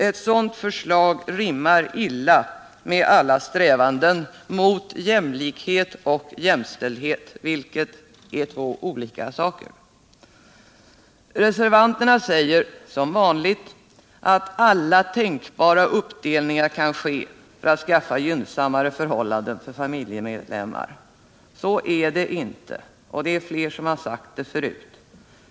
Ett sådant förslag rimmar illa med alla strävanden mot jämlikhet och jämställdhet, vilket är två olika saker. Reservanterna säger som vanligt att alla tänkbara uppdelningar kan ske när det gäller att skaffa gynnsammare förhållanden för familjemedlemmar. Så är det inte, och det är fler som sagt det förut.